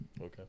okay